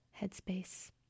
headspace